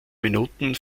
minuten